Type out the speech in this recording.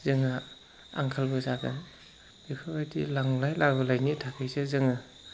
जोंहा आंखालबो जागोन बेफोरबायदि लांलाय लाबोलायनि थाखायसो जोङो